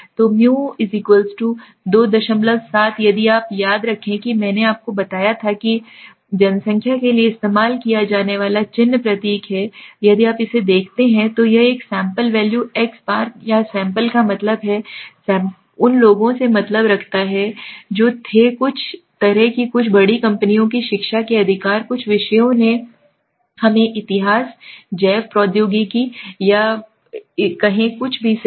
तो μ 27 यदि आप याद रखें कि मैंने आपको बताया था कि told जनसंख्या के लिए इस्तेमाल किया जाने वाला चिन्ह प्रतीक है यदि आप इसे देखते हैं तो यह है सैंपल वैल्यू x बार या सैंपल का मतलब है सैंपल का मतलब उन लोगों से मतलब रखता है जो थे कुछ तरह की कुछ बड़ी कंपनियों की शिक्षा के अधिकार कुछ विषयों ने हमें इतिहास जैव प्रौद्योगिकी या कहें कुछ भी सही